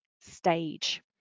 stage